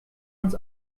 uns